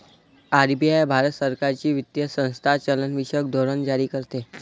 RBI Bharat सरकारची वित्तीय संस्था चलनविषयक धोरण जारी करते